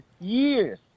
years